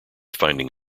finding